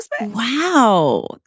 Wow